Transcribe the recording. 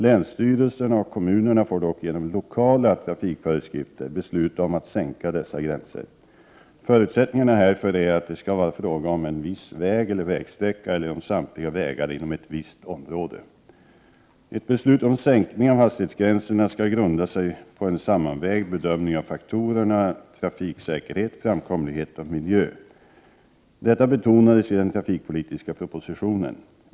Länsstyrelserna och kommunerna får dock genom lokala trafikföreskrifter besluta om att sänka dessa gränser. Förutsättningarna härför är att det skall vara fråga om en viss väg eller vägsträcka eller om samtliga vägar inom ett visst område. Ett beslut om sänkning av hastighetsgränserna skall grunda sig på en sammanvägd bedömning av faktorerna trafiksäkerhet, framkomlighet och miljö. Detta betonades i den trafikpolitiska propositionen.